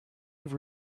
have